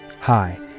Hi